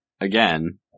again